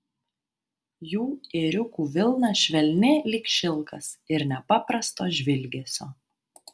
jų ėriukų vilna švelni lyg šilkas ir nepaprasto žvilgesio